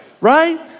right